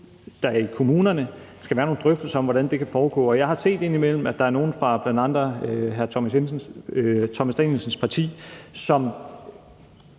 der i kommunerne skal være nogle drøftelser om, hvordan det kan foregå. Og jeg har indimellem set, at der er nogle, bl.a. fra hr. Thomas Danielsens parti, som